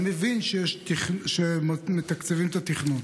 אני מבין שמתקצבים את התכנון.